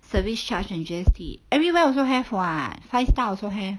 service charge and G_S_T everywhere also have [what] five stars also have